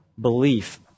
belief